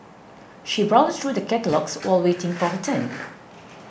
she browsed through the catalogues while waiting for her turn